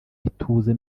ituze